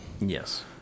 yes